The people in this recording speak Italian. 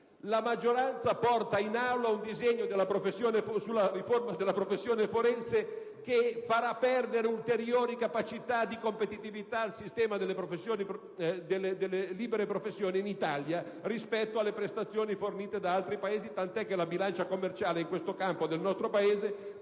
La maggioranza porta in Aula un disegno di legge di riforma della professione forense che farà perdere ulteriori capacità di competitività al sistema delle libere professioni in Italia rispetto alle prestazioni fornite da altri Paesi, tant'è che la bilancia commerciale in questo campo del nostro Paese